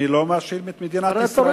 אבל אני לא מאשים את מדינת ישראל.